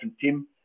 team